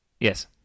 Yes